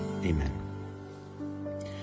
Amen